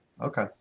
Okay